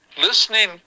Listening